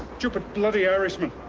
stupid, bloody irishman.